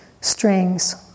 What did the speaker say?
strings